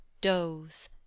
doze